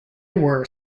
were